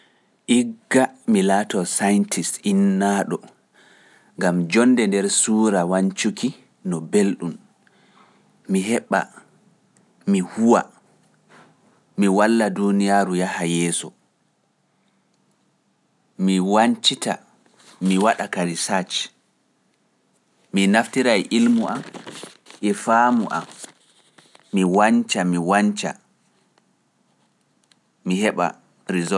Igga mi laatoo scientist innaaɗo, ngam joonnde nder suura wancuki e weli. gam mi wanca mi walla duniyaaru yaha yeso.